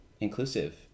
inclusive